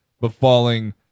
befalling